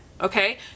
Okay